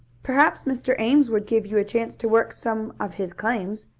perhaps mr. ames would give you a chance to work some of his claims,